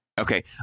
Okay